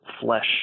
flesh